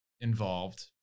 involved